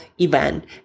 event